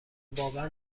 باور